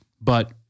But-